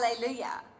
hallelujah